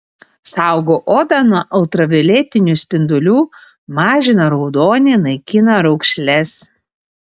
saugo odą nuo ultravioletinių spindulių mažina raudonį naikina raukšles